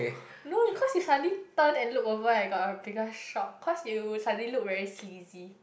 no cause you suddenly turn and look over I got a bigger shock cause you suddenly look very sleazy